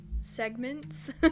segments